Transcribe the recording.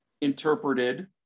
interpreted